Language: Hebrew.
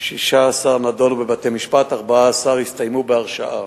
16 נדונו בבתי-משפט, 14 הסתיימו בהרשעה,